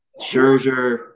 Scherzer